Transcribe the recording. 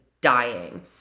dying